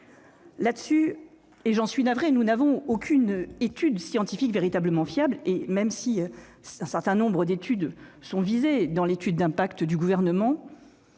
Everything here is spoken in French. ne disposons- j'en suis navrée -d'aucune étude scientifique véritablement fiable. Certes, un certain nombre d'études sont visées dans l'étude d'impact du Gouvernement,